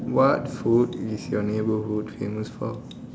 what food is your neighbourhood famous for